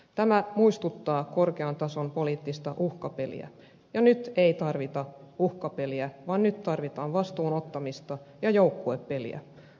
tämä muistuttaa korkean tason poliittista uhkapeliä ja nyt ei tarvita uhkapeliä vaan nyt tarvitaan vastuun ottamista ja joukkuepeliä